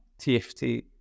TFT